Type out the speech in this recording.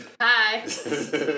hi